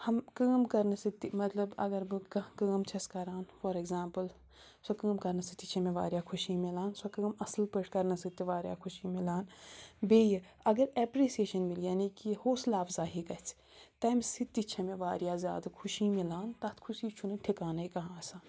ہَم کٲم کَرنہٕ سۭتۍ تہِ مطلب اَگر بہٕ کانٛہہ کٲم چھَس کَران فار اٮ۪کزامپٕل سۄ کٲم کَرنہٕ سۭتۍ تہِ چھےٚ مےٚ واریاہ خوشی مِلان سۄ کٲم اَصٕل پٲٹھۍ کَرنہٕ سۭتۍ تہِ واریاہ خوشی مِلان بیٚیہِ اَگر اٮ۪پرِسیشَن مِلہِ یعنی کہِ حوصلَہ اَفضاہی گژھِ تمہِ سۭتۍ تہِ چھےٚ مےٚ واریاہ زیادٕ خوشی مِلان تَتھ خوشی چھُنہٕ ٹھِکانَے کانٛہہ آسان